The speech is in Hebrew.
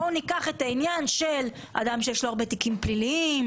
בואו ניקח את העניין של אדם שיש לו הרבה תיקים פליליים,